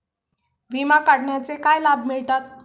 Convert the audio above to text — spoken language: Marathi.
विमा काढण्याचे काय लाभ मिळतात?